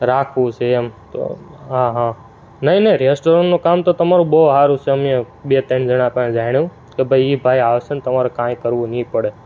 રાખવું છે એમ તો હા હા નહીં નહીં રેસ્ટોરન્ટનું કામ તો તમારું બહું સારું છે અમે બે ત્રણ જણા પાસે જાણ્યું કે ભાઈ એ ભાઈ આવશે ને તમારે કાંઈ કરવું નહીં પડે